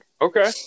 okay